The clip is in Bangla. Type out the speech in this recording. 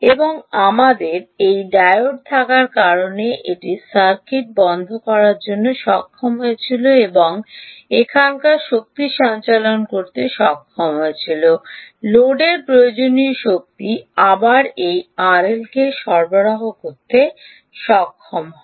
এবং আমাদের এই ডায়োড থাকার কারণে এটি সার্কিটটি বন্ধ করতে সক্ষম হয়েছিল এবং এখানকার শক্তি সঞ্চালন করতে সক্ষম হয়েছিল লোডের প্রয়োজনীয় শক্তি আবার এই আরএলকে সরবরাহ করতে সক্ষম হয়